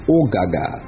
O'Gaga